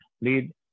Lead